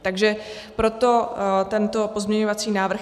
Takže proto tento pozměňovací návrh.